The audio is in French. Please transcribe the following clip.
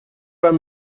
pas